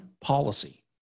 policy